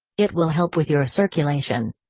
it will help with your circulation.